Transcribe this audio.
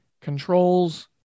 controls